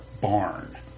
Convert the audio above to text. barn